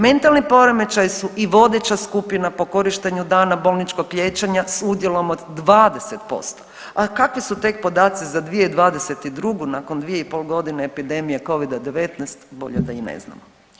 Mentalni poremećaji su i vodeća skupina po korištenju dana bolničkog liječenja s udjelom od 20%, a kakvi su tek podaci za 2022. nakon 2,5.g. epidemije covida-19 bolje da i ne znamo.